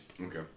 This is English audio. Okay